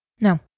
No